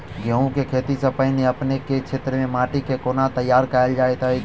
गेंहूँ केँ खेती सँ पहिने अपनेक केँ क्षेत्र मे माटि केँ कोना तैयार काल जाइत अछि?